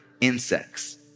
insects